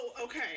okay